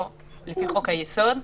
על בימת הכנסת ולא להתבייש.